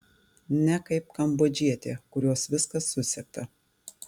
ne kaip kambodžietė kurios viskas susegta